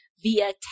via